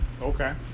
Okay